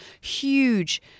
huge